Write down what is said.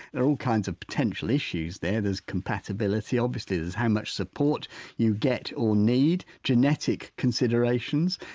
there are all kinds of potential issues there there's compatibility obviously, there's how much support you get or need, genetic considerations.